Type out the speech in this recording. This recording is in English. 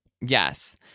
Yes